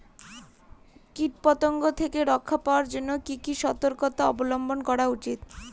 কীটপতঙ্গ থেকে রক্ষা পাওয়ার জন্য কি কি সর্তকতা অবলম্বন করা উচিৎ?